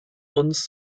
uns